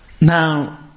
Now